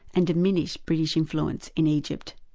and diminished british influence in egypt.